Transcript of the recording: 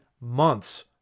months